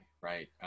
right